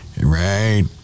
Right